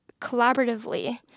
collaboratively